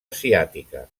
asiàtica